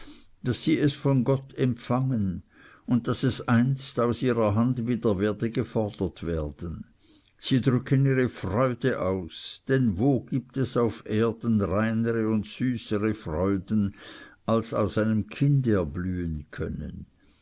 daß sie es von gott empfangen und daß es einst aus ihrer hand wieder werde gefordert werden sie drücken ihre freude aus denn wo gibt es auf erden reinere und süßere freuden als aus einem kinde erblühen können